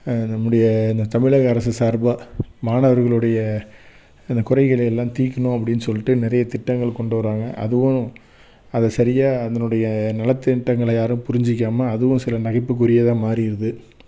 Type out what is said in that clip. நம்முடைய இந்த தமிழக அரசு சார்பாக மாணவர்களுடைய இந்த குறைகளை எல்லாம் தீர்க்கணும் அப்படின் சொல்லிட்டு நிறைய திட்டங்கள் கொண்டு வராங்க அதுவும் அது சரியாக அதனுடைய நலத்திட்டங்களை யாரும் புரிஞ்சிக்காமல் அதுவும் சில நகைப்புக்குரியதாக மாறிடுது